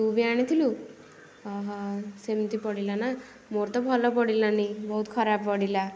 ତୁ ବି ଆଣିଥିଲୁ ସେମିତି ପଡ଼ିଲା ନା ମୋର ତ ଭଲ ପଡ଼ିଲାନି ବହୁତ ଖରାପ ପଡ଼ିଲା